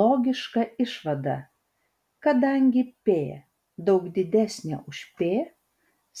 logiška išvada kadangi p daug didesnė už p